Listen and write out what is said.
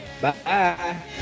Bye